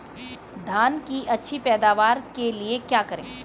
धान की अच्छी पैदावार के लिए क्या करें?